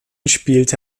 spielte